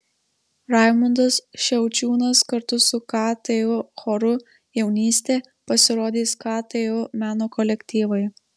raimundas šiaučiūnas kartu su ktu choru jaunystė pasirodys ktu meno kolektyvai